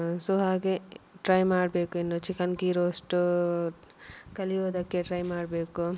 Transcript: so ಹಾಗೆ try ಮಾಡಬೇಕಿನ್ನು chicken ghee roast ಕಲಿಯುವುದಕ್ಕೆ ಟ್ರೈ ಮಾಡಬೇಕು